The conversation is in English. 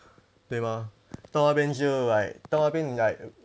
对吗到那边是 like 到那边是 like